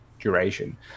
duration